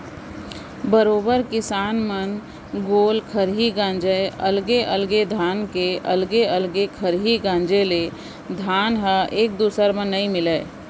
बरोबर किसान मन गोल खरही गांजय अलगे अलगे धान के अलगे अलग खरही गांजे ले धान ह एक दूसर म नइ मिलय